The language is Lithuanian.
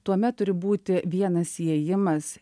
tuomet turi būti vienas įėjimas